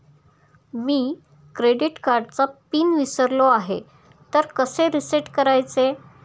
मी credit कार्डचा pin विसरलो आहे तर कसे रीसेट करायचे?